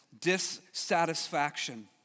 dissatisfaction